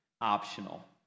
optional